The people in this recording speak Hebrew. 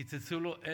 קיצצו לו,